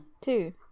Two